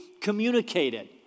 communicated